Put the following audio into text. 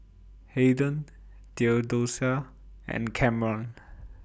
Hayden Theodosia and Camron